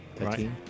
Right